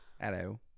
Hello